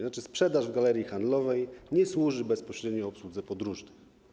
Znaczy sprzedaż w galerii handlowej nie służy bezpośrednio obsłudze podróży.